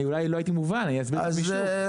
אני אולי לא הייתי מובן, אני אסביר את עצמי שוב.